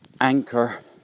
anchor